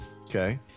okay